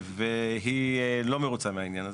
והיא לא מרוצה מהעניין הזה.